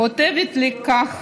כותבת לי כך